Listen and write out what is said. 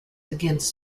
against